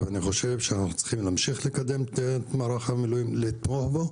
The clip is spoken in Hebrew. ואני חושב שאנחנו צריכים להמשיך לקדם את מערך המילואים ולתמוך בו,